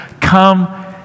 come